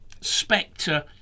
Spectre